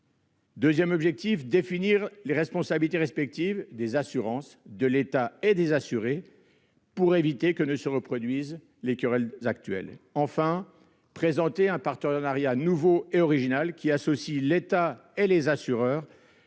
entreprises ; définir les responsabilités respectives des assurances, de l'État et des assurés pour éviter que ne se reproduisent les querelles actuelles ; présenter un partenariat nouveau et original associant l'État et les assureurs